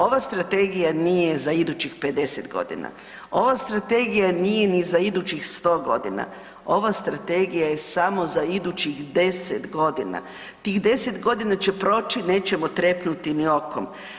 Ova strategija nije za idućih 50.g., ova strategija nije ni za idućih 100.g., ova strategija je samo za idućih 10.g. Tih 10.g. će proći nećemo trepnuti ni okom.